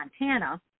Montana